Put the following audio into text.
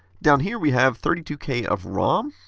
down here we have thirty two k of rom.